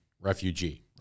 refugee